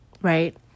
Right